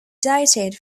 dated